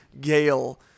Gale